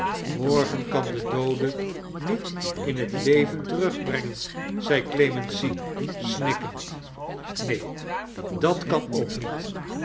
morgen kan de doode niet irx het leven terugbrengen zei clemency snikkend neen dat kan ook niet